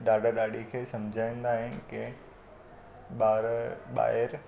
ॾाॾा ॾाॾी खे सम्झाईंदा आहिनि की ॿार ॿाहिरि